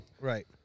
Right